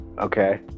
Okay